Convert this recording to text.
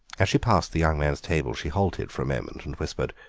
as she passed the young man's table she halted for a moment and whispered